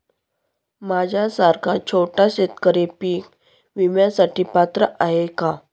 माझ्यासारखा छोटा शेतकरी पीक विम्यासाठी पात्र आहे का?